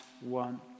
one